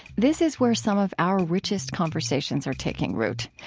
this is where some of our richest conversations are taking root.